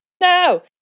no